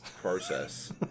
process